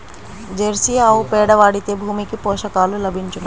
Jersey ఆవు పేడ వాడితే భూమికి పోషకాలు లభించునా?